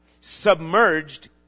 submerged